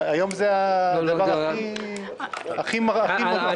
היום זה הדבר הכי מוצלח.